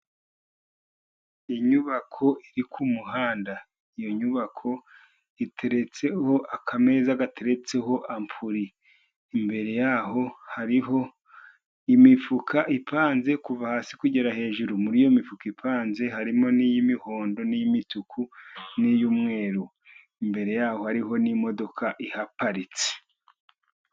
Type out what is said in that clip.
Inyubako iri ku muhanda, iyo nyubako iteretseho akameza gateretseho ampuri, imbere yaho hariho imifuka ipanze kuva hasi kugera hejuru, muri iyo mifuka ipanze harimo n'iy'imihondo, imituku ,n'iy'umweru. imbere yaho hariho n'imodoka iparitse.